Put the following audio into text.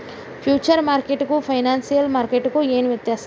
Future ಮಾರ್ಕೆಟಿಗೂ financial ಮಾರ್ಕೆಟಿಗೂ ಏನ್ ವ್ಯತ್ಯಾಸದ?